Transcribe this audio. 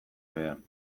behean